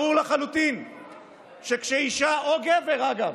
ברור לחלוטין שכשאישה, או גבר, אגב,